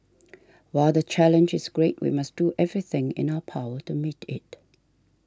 while the challenge is great we must do everything in our power to meet it